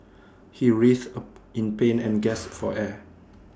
he writhed in pain and gasped for air